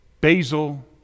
Basil